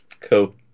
Cool